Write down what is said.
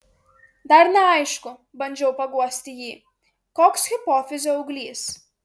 dar neaišku bandžiau paguosti jį koks hipofizio auglys